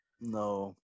No